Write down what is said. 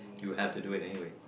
you have to do it anyway